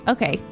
Okay